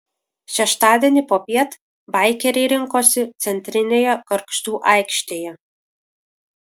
šeštadienį popiet baikeriai rinkosi centrinėje gargždų aikštėje